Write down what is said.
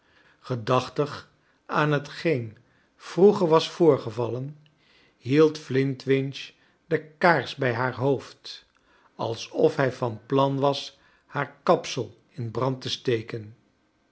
gredachtig aan hetgeen vroeger was voorgevallen hield flintwinch de kaars bij haar hoofd alsof hij van plan was haar kapsel in brand te steken